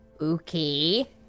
Okay